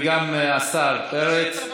וגם השר פרץ.